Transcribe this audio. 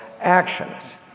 actions